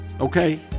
okay